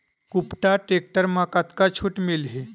कुबटा टेक्टर म कतका छूट मिलही?